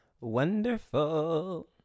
wonderful